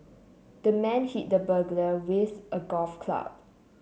the man hit the burglar with a golf club